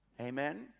Amen